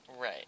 Right